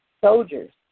soldiers